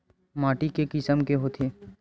माटी के किसम के होथे?